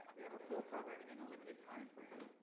we have a full program in and a limited time frame.